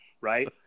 right